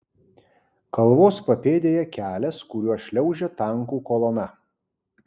kalvos papėdėje kelias kuriuo šliaužia tankų kolona